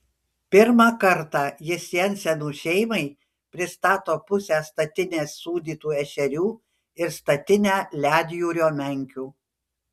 pirmą kartą jis jensenų šeimai pristato pusę statinės sūdytų ešerių ir statinę ledjūrio menkių